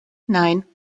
nine